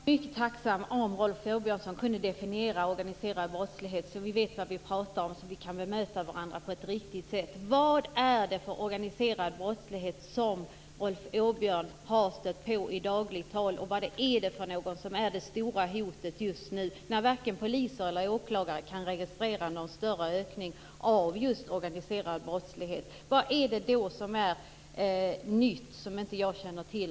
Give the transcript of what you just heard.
Fru talman! Jag skulle vara mycket tacksam om Rolf Åbjörnsson kunde definiera begreppet organiserad brottslighet. Därmed vet vi vad vi talar om och kan bemöta varandra på ett riktigt sätt. Vad är det alltså för organiserad brottslighet som Rolf Åbjörnsson har stött på i dagligt tal, och vad är det stora hotet just nu när varken poliser eller åklagare kan registrera någon större ökning av just den organiserade brottsligheten? Rolf Åbjörnsson, vad är det som är nytt och som jag inte känner till?